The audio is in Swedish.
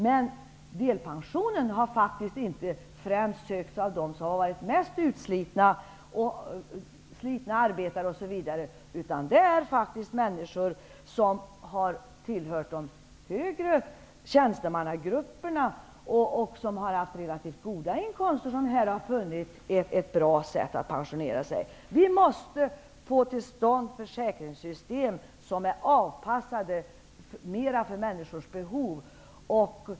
Men delpensionen har faktiskt inte sökts främst av dem som har varit mest utslitna, t.ex. slitna arbetare, utan det är faktiskt människor som har tillhört de högre tjänstemannagrupperna och som har haft relativt goda inkomster som här har funnit ett bra sätt att pensionera sig. Vi måste få till stånd försäkringssystem som är avpassade mer efter människors behov.